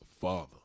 father